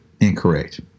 incorrect